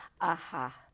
aha